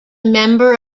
member